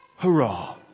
Hurrah